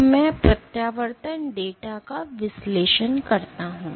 तो मैं प्रत्यावर्तन डेटा का विश्लेषण करता हूं